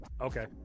Okay